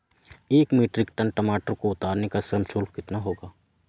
एक metric ton टमाटर को उतारने का श्रम शुल्क कितना होगा?